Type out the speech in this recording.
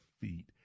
feet